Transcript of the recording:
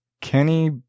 Kenny